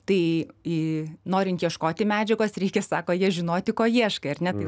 tai norint ieškoti medžiagos reikia sako jie žinoti ko ieškai ar ne